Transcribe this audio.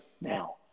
now